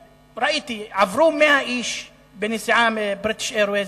עברו 100 איש בנסיעה מ"בריטיש איירווייס",